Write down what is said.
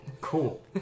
Cool